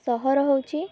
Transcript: ସହର ହେଉଛି